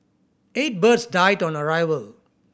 eight birds died on the arrival